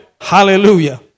Hallelujah